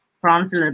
France